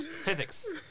Physics